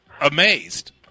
amazed